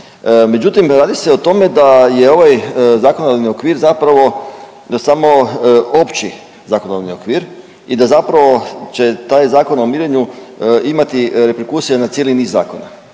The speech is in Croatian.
Međutim, radi se o tome da je ovaj zakonodavni okvir zapravo ne samo opći zakonodavni okvir i da zapravo će taj Zakon o mirenju imati reperkusije na cijeli niz zakona